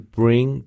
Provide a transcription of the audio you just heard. bring